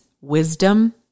wisdom